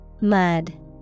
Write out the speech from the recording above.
mud